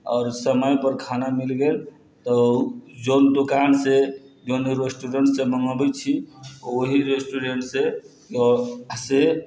आओर समयपर खाना मिलि गेल तऽ जौन दोकानसँ जौन रेस्टूरेन्टसँ मँगबाबै छी ओहि रेस्टूरेन्टसँ